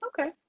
Okay